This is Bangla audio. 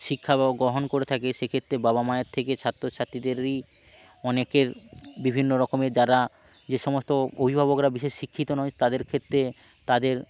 শিক্ষা বা গ্রহণ করে থাকে সেক্ষেত্রে বাবা মায়ের থেকে ছাত্র ছাত্তী দেরই অনেকের বিভিন্ন রকমের যারা যে সমস্ত অভিভাবকরা বিশেষ শিক্ষিত নয় তাদের ক্ষেত্রে তাদের